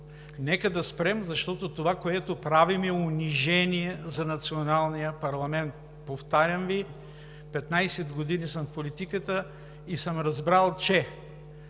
Нека да спрем, защото това, което правим, е унижение за националния парламент. Повтарям Ви, 15 години съм в политиката и съм разбрал, че